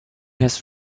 has